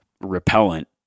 repellent